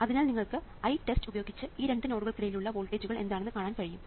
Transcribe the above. അതിനാൽ നിങ്ങൾക്ക് ITEST പ്രയോഗിച്ച് ഈ രണ്ട് നോഡുകൾക്കിടയിലുള്ള വോൾട്ടേജുകൾ എന്താണെന്ന് കാണാൻ കഴിയും